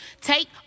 Take